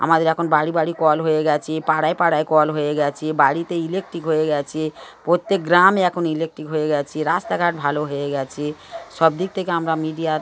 আমাদের এখন বাড়ি বাড়ি কল হয়ে গেছে পাড়ায় পাড়ায় কল হয়ে গেছে বাড়িতে ইলেকট্রিক হয়ে গেছে প্রত্যেক গ্রামে এখন ইলেকট্রিক হয়ে গেছে রাস্তাঘাট ভালো হয়ে গেছে সব দিক থেকে আমরা মিডিয়ার